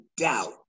doubt